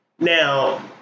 now